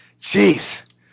jeez